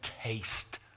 taste